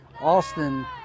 Austin